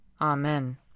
Amen